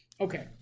Okay